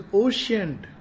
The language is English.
oceaned